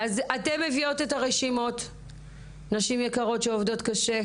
אתן מביאות את הרשימות נשים יקרות שעובדות קשה,